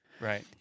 Right